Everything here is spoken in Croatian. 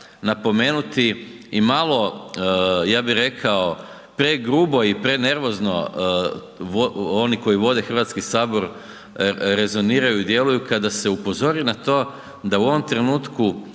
napomenuti, i malo, ja bi rekao, pregrubo i prenervozno oni koji vode HS rezoniraju i djeluju kada se upozori na to da u ovom trenutku